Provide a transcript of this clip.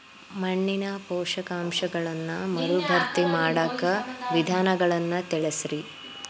ಮಣ್ಣಿನ ಪೋಷಕಾಂಶಗಳನ್ನ ಮರುಭರ್ತಿ ಮಾಡಾಕ ವಿಧಾನಗಳನ್ನ ತಿಳಸ್ರಿ